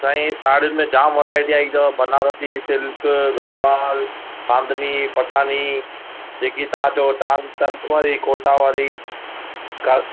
साईं साड़ीयुनि में जाम वैरायटी आई अथव बनारसी सिल्क गड़वाल आमदनी पठानी जेकी तव्हां चओ टाम संत वारी कोटा वारी क